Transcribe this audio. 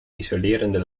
isolerende